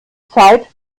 zeit